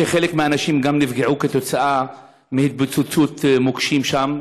כמובן, חלק מהאנשים גם נפגעו מהתפוצצות מוקשים שם.